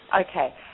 Okay